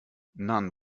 none